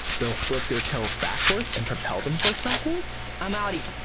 they'll flip their tails backwards and propel themselves backwards. i'm outtie!